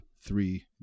three